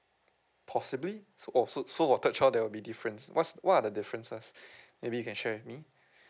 possibly so also so for third child there will be difference what's what are the differences maybe you can share with me